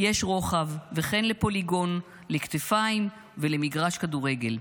יש רוחב, וכן לפוליגון, לכתפיים ולמגרש כדורגל.